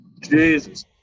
Jesus